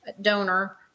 donor